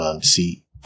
see